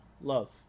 love